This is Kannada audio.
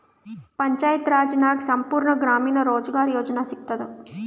ಪಂಚಾಯತ್ ರಾಜ್ ನಾಗ್ ಸಂಪೂರ್ಣ ಗ್ರಾಮೀಣ ರೋಜ್ಗಾರ್ ಯೋಜನಾ ಸಿಗತದ